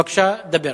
בבקשה, דבר.